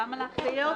למה לאחד אותם?